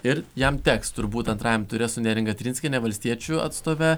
ir jam teks turbūt antrajam ture su neringa trinskienė valstiečių atstove